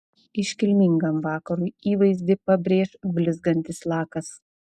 iškilmingam vakarui įvaizdį pabrėš blizgantis lakas